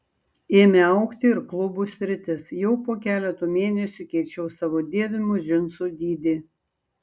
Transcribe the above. ėmė augti ir klubų sritis jau po keleto mėnesių keičiau savo dėvimų džinsų dydį